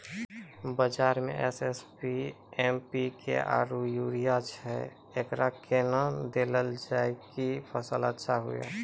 बाजार मे SSP, MPK आरु यूरिया छैय, एकरा कैना देलल जाय कि फसल अच्छा हुये?